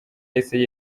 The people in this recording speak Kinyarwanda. yahise